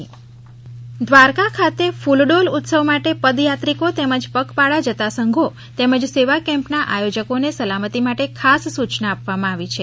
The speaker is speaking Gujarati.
કુલડોલ ઉત્સબવ દ્વારકા ખાતે ક્રલડોલ ઉત્સ વ માટે પદયાદત્રિકો તેમજ પગપાળા જતાં સંધો તેમજ સેવા કેમ્પાના આયોજકોને સલામતી માટે ખાસ સૂચના આપવામાં આવી છે